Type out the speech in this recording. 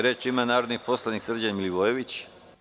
Reč ima narodni poslanik Srđan Milivojević.